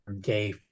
gay